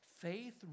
Faith